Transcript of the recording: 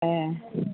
ए